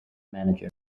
manager